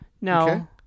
No